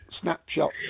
snapshot